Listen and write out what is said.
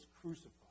crucified